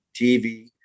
TV